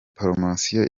poromosiyo